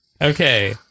Okay